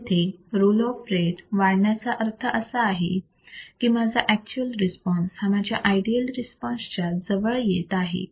तर इथे roll off rate वाढवण्याचा अर्थ असा आहे की माझा अॅक्च्युअल रिस्पॉन्स हा माझ्या आयडियल रिस्पॉन्स च्या जवळ येत आहे